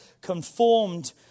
conformed